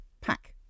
pack